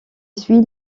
suit